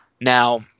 now